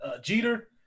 Jeter